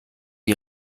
die